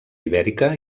ibèrica